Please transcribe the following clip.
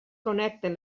connecten